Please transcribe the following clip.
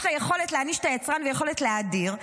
יש לה יכולת להעניש את היצרן ויכולת להדיר.